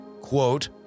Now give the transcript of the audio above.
Quote